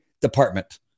department